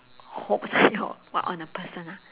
hopes and your what on a person lah